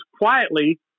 quietly